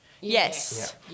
Yes